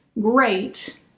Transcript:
great